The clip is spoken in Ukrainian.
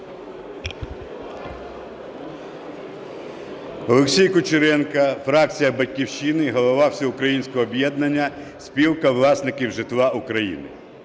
Олексій Кучеренко, фракція "Батьківщина", голова Всеукраїнського об'єднання "Спілка власників житла України".